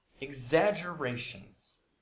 Exaggerations